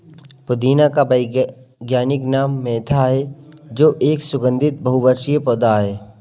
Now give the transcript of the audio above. पुदीने का वैज्ञानिक नाम मेंथा है जो एक सुगन्धित बहुवर्षीय पौधा है